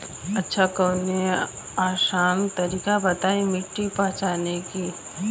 अच्छा कवनो आसान तरीका बतावा मिट्टी पहचाने की?